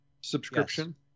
subscription